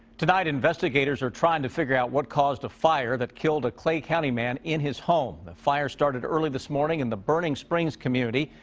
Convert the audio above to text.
tonight. investigators are trying to figure out what caused a fire. that killed a clay county man in his home. the fire started early this morning in the burning springs community.